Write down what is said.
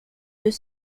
deux